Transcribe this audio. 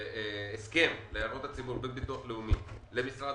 בהסכם להערות הציבור בין ביטוח לאומי למשרד